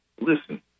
Listen